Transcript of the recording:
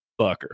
fucker